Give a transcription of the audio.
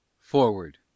Forward